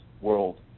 world